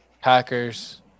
Packers